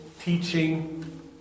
teaching